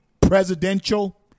presidential